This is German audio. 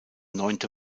neunte